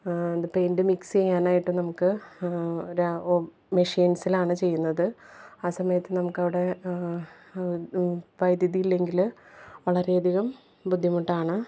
ഇത് paint mix ചെയ്യാനായിട്ട് നമുക്ക് ര ഒ മിഷ്യന്സിലാണ് ചെയ്യുന്നത് ആ സമയത്ത് നമുക്കവിടെ വൈദുതിയില്ലെങ്കിൽ വളരെയധികം ബുദ്ധിമുട്ടാണ്